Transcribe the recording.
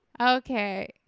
Okay